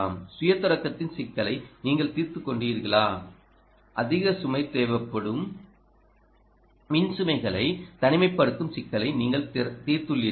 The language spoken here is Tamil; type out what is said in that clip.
சுய தொடக்கத்தின் சிக்கலை நீங்கள் தீர்த்துக் கொண்டீர்களா அதிக சுமை தேவைப்படும் மின் சுமைகளை தனிமைப்படுத்தும் சிக்கலை நீங்கள் தீர்த்துள்ளீர்களா